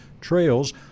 trails